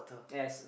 yes